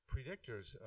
predictors